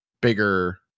bigger